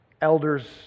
Elders